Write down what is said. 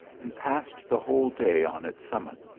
and passed the whole day on its summit.